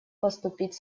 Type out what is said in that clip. поступить